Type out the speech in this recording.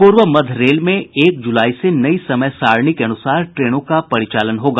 पूर्व मध्य रेल में एक जुलाई से नई समय सारणी के अनुसार ट्रेनों का परिचालन होगा